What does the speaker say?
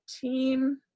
team